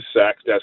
sacks